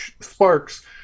sparks